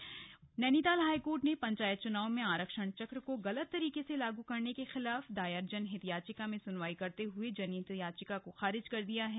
high court आरक्षण चक्र Nainital high court ने पंचायत चुनाव में आरक्षण चक्र को गलत तरीके से लागू करने के खिलाफ दायर जनहित याचिका में सुनवाई करते हुए जनहित याचिका को खारिज कर दिया है